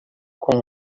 com